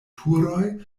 turoj